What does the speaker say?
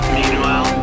meanwhile